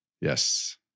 Yes